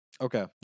okay